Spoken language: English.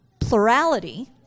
plurality